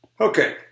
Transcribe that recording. Okay